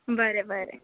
बरें बरें